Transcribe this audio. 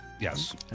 Yes